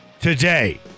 today